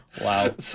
wow